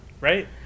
Right